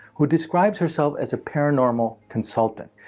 who describes herself as a paranormal consultant.